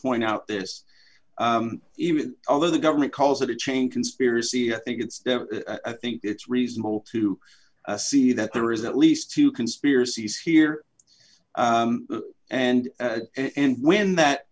point out this even although the government calls it a chain conspiracy i think it's i think it's reasonable to see that there is at least two conspiracies here and and when that